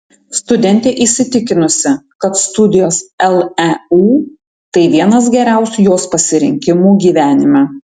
studentė įsitikinusi kad studijos leu tai vienas geriausių jos pasirinkimų gyvenime